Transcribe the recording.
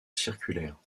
circulaire